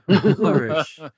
Flourish